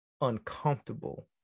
uncomfortable